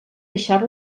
deixar